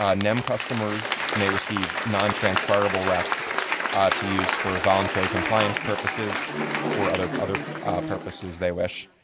um nem customers may receive nontransferable recs to use for voluntary compliance purposes or other other purposes they wish.